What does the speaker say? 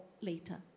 later